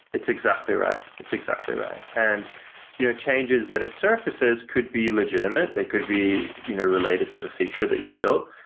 it's exactly right. it's exactly right. and yeah changes that it surfaces could be legitimate. they could be you know related to the feature that you built,